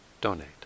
donate